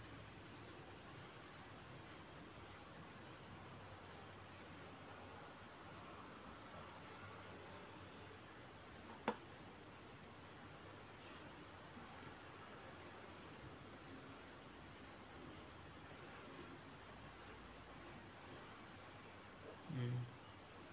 mm